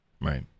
Right